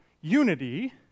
unity